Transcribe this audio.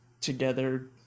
together